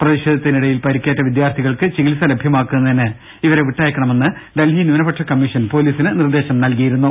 പ്രതിഷേ ധത്തിനിടയിൽ പരിക്കേറ്റ വിദ്യാർത്ഥികൾക്ക് ചികിത്സ ലഭ്യമാക്കുന്നതിന് ഇവരെ വിട്ടയയ്ക്കണമെന്ന് ഡൽഹി ന്യൂനപക്ഷ കമ്മീഷൻ പൊലീസിന് നിർദ്ദേശം നൽകിയിരുന്നു